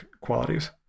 qualities